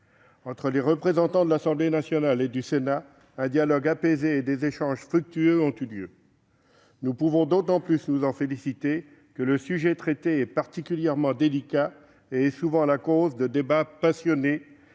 Entre les représentants de l'Assemblée nationale et du Sénat, un dialogue apaisé et des échanges fructueux ont eu lieu. Nous pouvons d'autant plus nous en féliciter que le sujet traité, particulièrement délicat, est souvent à l'origine de débats passionnés.